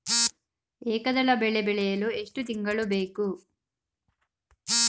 ಏಕದಳ ಬೆಳೆ ಬೆಳೆಯಲು ಎಷ್ಟು ತಿಂಗಳು ಬೇಕು?